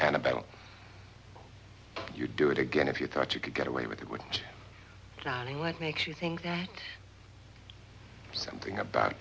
and about you do it again if you thought you could get away with it would johnny what makes you think that something about